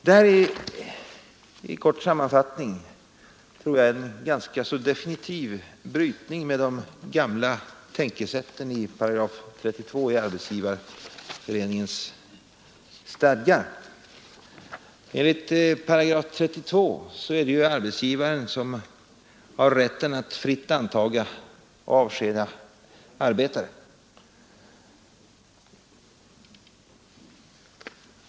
Detta är i kort sammanfattning, tror jag, en ganska definitiv brytning med de gamla tänkesätten i § 32 i Arbetsgivareföreningens stadgar. Enligt §32 har ju arbetsgivaren rätt att fritt anta och avskeda arbetare.